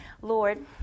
Lord